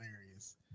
hilarious